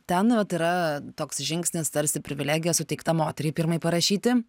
ten vat yra toks žingsnis tarsi privilegija suteikta moteriai pirmai parašyti